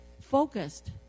focused